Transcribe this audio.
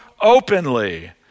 openly